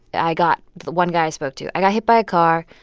i got the one guy i spoke to, i got hit by a car,